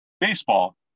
baseball